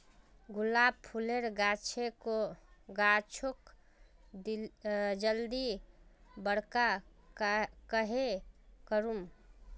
गुलाब फूलेर गाछोक जल्दी बड़का कन्हे करूम?